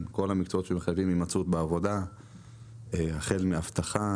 שמחייבים הימצאות בעבודה אבטחה,